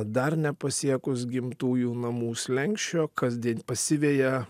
dar nepasiekus gimtųjų namų slenksčio kasdien pasiveja